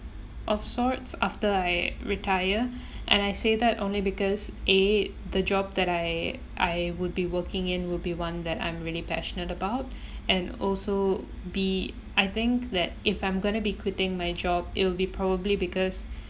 of sorts after I retire and I say that only because A the job that I I would be working in will be one that I'm really passionate about and also B I think that if I'm gonna be quitting my job it will be probably because